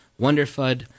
Wonderfud